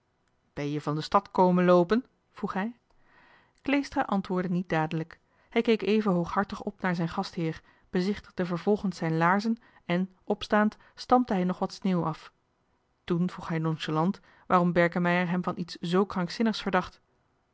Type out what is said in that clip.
ben je van stad komen loopen vroeg hij kleestra antwoordde niet dadelijk hij keek even hooghartig op naar zijn gastheer bezichtigde vervolgens zijn laarzen en opstaand stampte hij nog wat sneeuw af toen vroeg hij nonchalant waarom berkemeier hem van iets z krankzinnigs verdacht